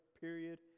period